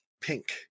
pink